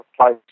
place